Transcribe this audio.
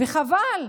וחבל.